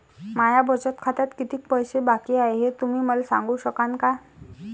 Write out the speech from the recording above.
माया बचत खात्यात कितीक पैसे बाकी हाय, हे तुम्ही मले सांगू सकानं का?